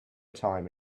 time